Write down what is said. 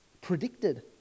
predicted